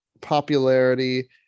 popularity